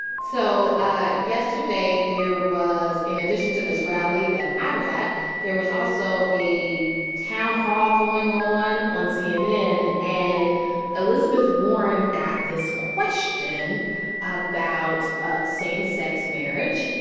so ah yesterday there was in addition to this rally that i was at there was also a town hall going on on cnn. and elizabeth warren got this question about ah same-sex marriage.